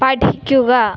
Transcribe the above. പഠിക്കുക